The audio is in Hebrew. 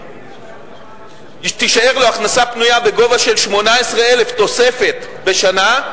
תישאר לו הכנסה פנויה בגובה 18,000 תוספת בשנה,